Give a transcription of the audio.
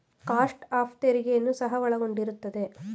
cost of ತೆರಿಗೆಯನ್ನು ಸಹ ಒಳಗೊಂಡಿರುತ್ತದೆ